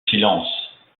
silence